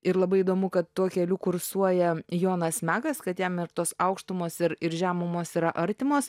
ir labai įdomu kad tuo keliu kursuoja jonas mekas kad jam ir tos aukštumos ir ir žemumos yra artimos